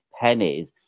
pennies